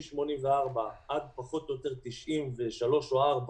מ-1984, עד פחות או יותר 1993 או 1994,